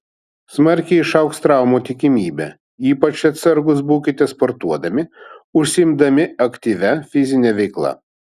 smarkiai išaugs traumų tikimybė ypač atsargūs būkite sportuodami užsiimdami aktyvia fizine veikla